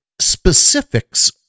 specifics